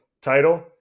title